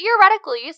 theoretically